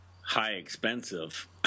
high-expensive